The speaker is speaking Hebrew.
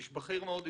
איש בכיר מאוד אצלכם.